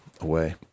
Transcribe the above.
away